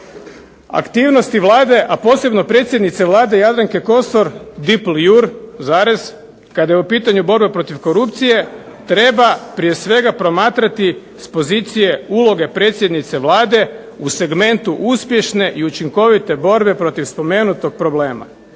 Aktivnosti Vlade, a posebno predsjednice Vlade Jadranke Kosor dipl.iur., kada je u pitanju borba protiv korupcije treba prije svega promatrati s pozicije uloge predsjednice Vlade u segmentu uspješne i učinkovite borbe protiv spomenutog problema.